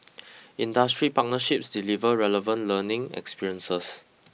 industry partnerships deliver relevant learning experiences